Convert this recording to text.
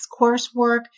coursework